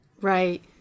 Right